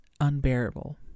unbearable